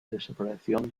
desaparición